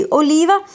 oliva